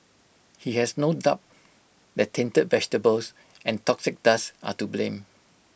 he has no doubt that tainted vegetables and toxic dust are to blame